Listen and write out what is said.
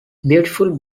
beautiful